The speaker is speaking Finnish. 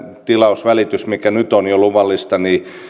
tilausvälitys mikä nyt on jo luvallista